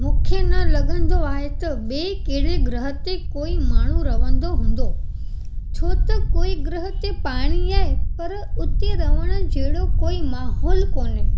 मूंखे न लॻंदो आहे त ॿिए कहिड़े ग्रह ते कोई माण्हू रहंदो हूंदो छो त कोई ग्रह ते पाणी आहे पर उते रहणु जहिड़ो कोई माहौल कोन्हे